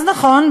אז נכון,